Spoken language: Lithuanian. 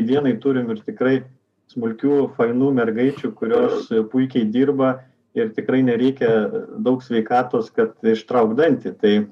dienai turime ir tikrai smulkių fainų mergaičių kurios puikiai dirba ir tikrai nereikia daug sveikatos kad ištraukt dantį tai